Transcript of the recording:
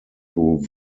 through